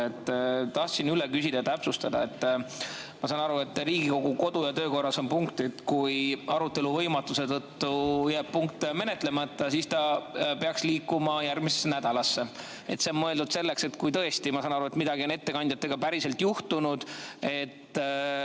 Tahtsin üle küsida ja täpsustada. Ma saan aru, et Riigikogu kodu- ja töökorras on punkt, et kui arutelu võimatuse tõttu jääb punkt menetlemata, siis ta peaks liikuma järgmisesse nädalasse. See on, nagu ma aru saan, mõeldud selleks, et kui tõesti midagi on ettekandjaga päriselt juhtunud,